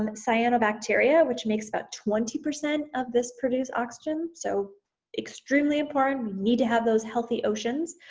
um cyanobacteria which makes about twenty percent of this produced oxygen. so extremely important, we need to have those healthy oceans.